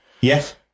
Yes